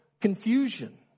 Confusion